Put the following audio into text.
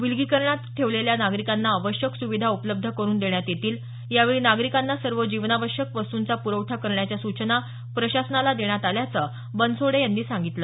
विलगीकरण कक्षात ठेवलेल्या नागरिकांना आवश्यक सुविधा उपलब्ध करून देण्यात येतील यावेळी नागरिकांना सर्व जीवनावश्यक वस्तुंचा प्रखठा करण्याच्या सूचना प्रशासनाला देण्यात आल्याचं बनसोडे यांनी सांगितलं